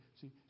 see